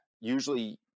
usually